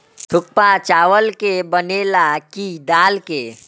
थुक्पा चावल के बनेला की दाल के?